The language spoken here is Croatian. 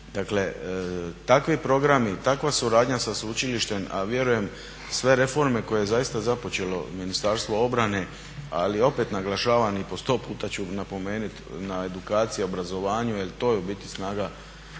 Dakle, takvi programi, takva suradnja sa sveučilištem, a vjerujem sve reforme koje je zaista započelo Ministarstvo obrane, ali opet naglašavam i po sto puta ću napomenuti na edukaciji, obrazovanju jer to je u biti snaga